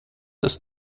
ist